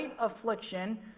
affliction